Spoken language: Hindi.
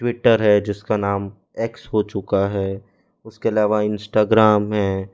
ट्विटर है जिस का नाम एक्स हो चुका है उस के अलावा इंस्टाग्राम है